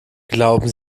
glauben